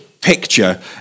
Picture